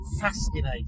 fascinating